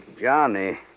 Johnny